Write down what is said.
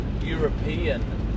European